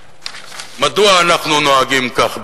מדוע אנחנו נוהגים כך ברחובותינו,